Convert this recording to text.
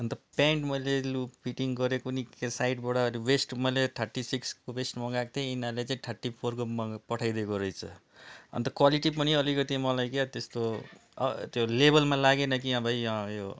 अन्त पेन्ट मैले loose fitting गरे कुन्नि के साइडबाट वेस्ट मैले थर्टी सिक्सको वेस्ट मगाएको थिएँ यिनीहरूले चाहिँ थर्टी फोरको मग् पठाइदिएको रहेछ अन्त क्वालिटी पनि अलिकिति मलाई क्या त्यस्तो त्यो लेबलमा लागेन कि यो भाइ अँ यो